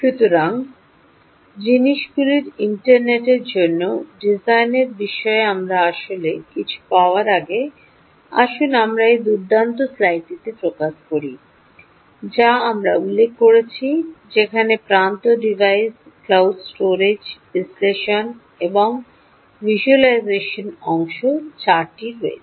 সুতরাং জিনিসগুলির ইন্টারনেটের জন্য ডিজাইনের বিষয়ে আমরা আসলে কিছু পাওয়ার আগে আসুন আমরা এই দুর্দান্ত স্লাইডটিতে ফোকাস করি যা আমরা উল্লেখ করেছি যেখানে প্রান্ত ডিভাইস ক্লাউড স্টোরেজ বিশ্লেষণ এবং ভিজ্যুয়ালাইজেশন অংশ চারটি রয়েছে